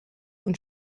und